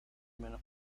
menos